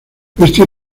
este